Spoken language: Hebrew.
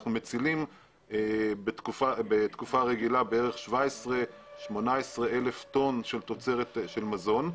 אנחנו מצילים בתקופה רגילה בערך 18-17 אלף טון של מזון,